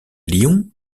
lyon